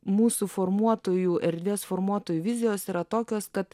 mūsų formuotojų erdvės formuotojų vizijos yra tokios kad